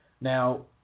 Now